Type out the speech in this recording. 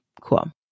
Cool